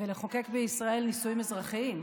ולחוקק בישראל נישואים אזרחיים.